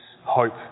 hope